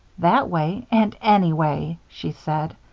that way and any way, she said.